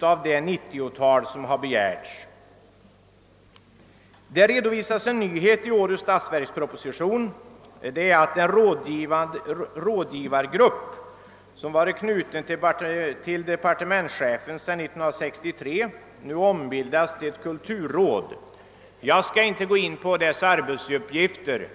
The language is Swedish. av det 90-tal som begärts. En nyhet som redovisas i årets statsverksproposition är att den rådgivargrupp som varit knuten till departementschefen sedan 1963 nu ombildats till ett kulturråd. Jag skall inte gå in på dess arbetsuppgifter.